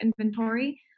inventory